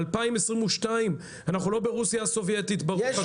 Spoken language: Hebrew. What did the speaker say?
2022. אנחנו לא ברוסיה הסובייטית ברוך השם.